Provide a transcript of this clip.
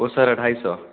वह सर है ढाई सौ